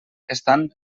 estan